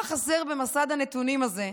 מה חסר במסד הנתונים הזה?